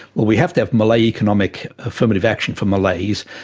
well, we have to have malay economic affirmative action for malays,